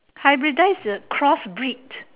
hybridize is a cross breed